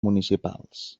municipals